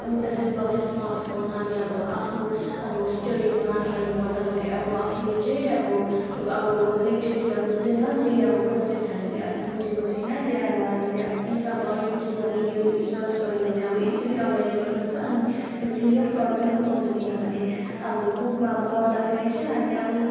with the help of smart phone हामी अब आफ्नो अब स्टडिजमा हेर्नपर्दा फेरि आफूले जे अब अब लेक्चर दिँदा बुझ्दैन जे अब कन्सेप्ट हामीले अब बुझेको छैन त्यो अब हामीले इफ अब भिडियोसहरूमा सर्च गऱ्यो भने अब इजिली अभाइलेबल हुन्छ अनि त्यो क्लियर कट पनि पाउँछ किनभने अब बुकमा पढ्दा फेरि चाहिँ हामी अब